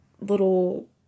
little